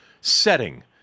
setting